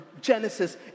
Genesis